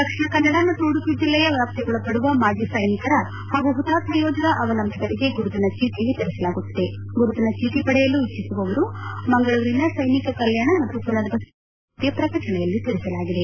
ದಕ್ಷಿಣ ಕನ್ನಡ ಮತ್ತು ಉಡುಪಿ ಜಿಲ್ಲೆಯ ವ್ಯಾಪ್ತಿಗೊಳಪಡುವ ಮಾಜಿ ಸೈನಿಕರ ಹಾಗೂ ಪುತಾತ್ಮ ಯೋಧರ ಅವಲಂಬಿತರಿಗೆ ಗುರುತಿನ ಚೀಟಿ ವಿತರಿಸಲಾಗುತ್ತಿದೆ ಗುರುತಿನ ಚೀಟಿ ಪಡೆಯಲು ಇಚ್ಚಿಸುವವರು ಮಂಗಳೂರಿನ ಸೈನಿಕ ಕಲ್ಯಾಣ ಮತ್ತು ಮನರ್ ವಸತಿ ಇಲಾಖೆ ಸಂಪರ್ಕಿಸುವಂತೆ ಪ್ರಕಟಣೆಯಲ್ಲಿ ತಿಳಿಸಲಾಗಿದೆ